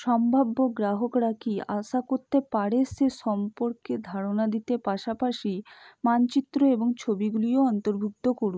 সম্ভাব্য গ্রাহকরা কী আশা করতে পারে সে সম্পর্কে ধারণা দিতে পাশাপাশি মানচিত্র এবং ছবিগুলিও অন্তর্ভুক্ত করুন